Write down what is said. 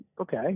okay